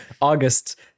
August